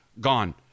Gone